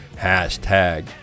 hashtag